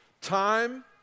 Time